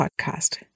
podcast